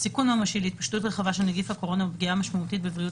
סיכון ממשי להתפשטות רחבה של נגיף הקורונה ולפגיעה משמעותית בבריאות